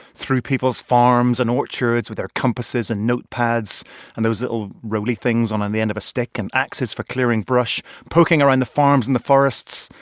through people's farms and orchards with their compasses and notepads and those little rolly things on on the end of a stick and axes for clearing brush, poking around the farms and the forests,